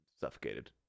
suffocated